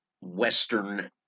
western